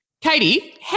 Katie